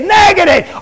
negative